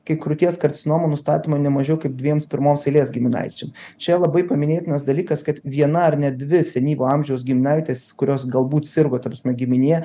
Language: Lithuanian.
kai krūties karcinoma nustatoma ne mažiau kaip dviems pirmos eilės giminaičiam čia labai paminėtinas dalykas kad viena ar net dvi senyvo amžiaus giminaitės kurios galbūt sirgo ta prasme giminė